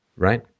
Right